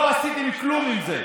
לא עשיתם כלום עם זה.